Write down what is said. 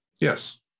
Yes